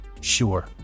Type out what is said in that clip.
Sure